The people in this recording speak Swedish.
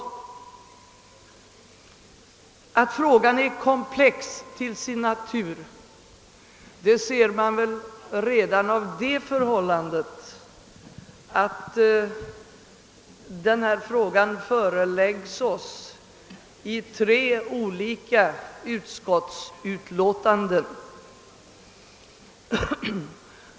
Att frågan är komplicerad till sin natur framgår väl av det förhållandet, att den föreläggs oss i tre olika utskottsutlåtanden.